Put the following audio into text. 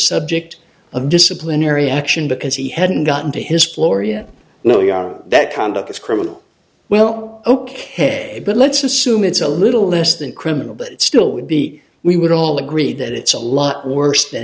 subject of disciplinary action because he hadn't gotten to his floria know that conduct is criminal well ok but let's assume it's a little less than criminal but it still would be we would all agree that it's a lot worse than